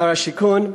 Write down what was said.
שר השיכון,